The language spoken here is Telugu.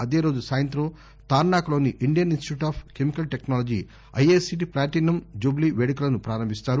అదేరోజు సాయంగ్రం తార్నకలోని Indian institute of chemical technology IICT platinum jubilee వేడుకలను ప్రారంభిస్తారు